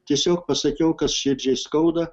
tiesiog pasakiau kas širdžiai skauda